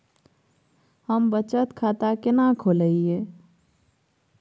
हम बचत खाता केना खोलइयै?